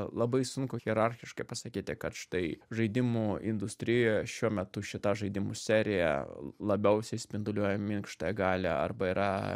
labai sunku hierarchiškai pasakyti kad štai žaidimų industrijoj šiuo metu šitą žaidimų seriją labiausiai spinduliuoja minkštąją galią arba yra